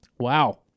Wow